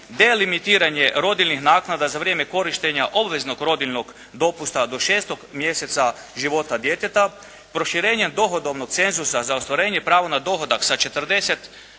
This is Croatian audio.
delimitiranje rodiljnih naknada za vrijeme korištenja obveznog rodiljnog dopusta do 6. mjeseca života djeteta, proširenja dohodovnog cenzusa za ostvarenje pravo na dohodak sa 40,